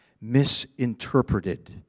misinterpreted